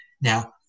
Now